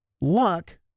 luck